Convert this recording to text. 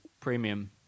Premium